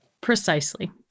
Precisely